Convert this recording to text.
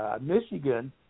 Michigan